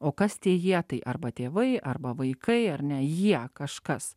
o kas tie jie tai arba tėvai arba vaikai ar ne jie kažkas